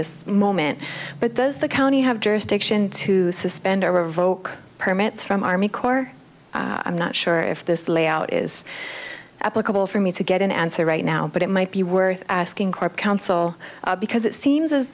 this moment but does the county have jurisdiction to suspend or revoke permits from army corps i'm not sure if this layout is applicable for me to get an answer right now but it might be worth asking core counsel because it seems as